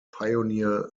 pioneer